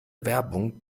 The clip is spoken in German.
werbung